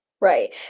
Right